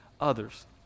others